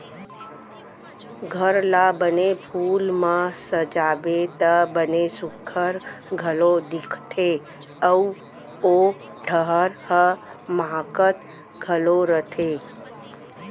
घर ला बने फूल म सजाबे त बने सुग्घर घलौ दिखथे अउ ओ ठहर ह माहकत घलौ रथे